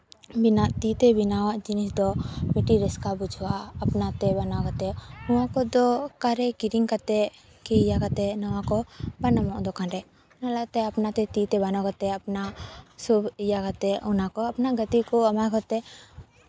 ᱵᱮᱱᱟᱜ ᱛᱤ ᱛᱮ ᱵᱮᱱᱟᱣᱟᱜ ᱡᱤᱱᱤᱥ ᱫᱚ ᱢᱤᱫᱴᱤᱡ ᱨᱟᱹᱥᱠᱟᱹ ᱵᱩᱡᱷᱟᱹᱜᱼᱟ ᱟᱯᱱᱟ ᱛᱮ ᱵᱮᱱᱟᱣ ᱠᱟᱛᱮ ᱱᱚᱣᱟ ᱠᱚᱫᱚ ᱚᱠᱟᱨᱮ ᱠᱤᱨᱤᱧ ᱠᱟᱛᱮ ᱠᱨᱤᱭᱟ ᱠᱟᱛᱮ ᱱᱚᱣᱟ ᱠᱚ ᱵᱟᱝ ᱧᱟᱢᱚᱜᱼᱟ ᱫᱚᱠᱟᱱ ᱨᱮ ᱚᱱᱟ ᱛᱟᱞᱟ ᱛᱮ ᱟᱯᱱᱟᱛᱮ ᱛᱤ ᱛᱮ ᱵᱮᱱᱟᱣ ᱠᱟᱛᱮ ᱟᱯᱱᱟ ᱥᱚᱵ ᱤᱭᱟᱹ ᱠᱟᱛᱮ ᱚᱱᱟ ᱠᱚ ᱜᱟᱛᱮ ᱠᱚ ᱮᱢᱟ ᱠᱟᱛᱮ